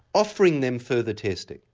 offering them further testing.